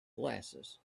glasses